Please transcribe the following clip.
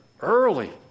early